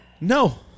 No